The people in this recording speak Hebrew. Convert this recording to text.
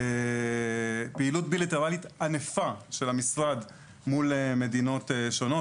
פעילות בילטראלית ענפה של המשרד מול מדינות שונות.